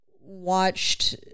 Watched